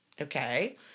Okay